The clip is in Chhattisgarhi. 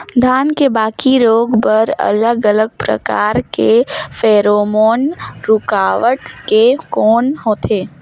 धान के बाकी रोग बर अलग अलग प्रकार के फेरोमोन रूकावट के कौन होथे?